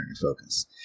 focus